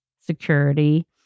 security